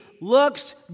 looks